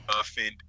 offend